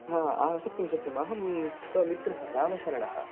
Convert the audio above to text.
हा सत्यं सत्यम् अहम् तव मित्रः रामशरणः